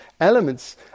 elements